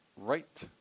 right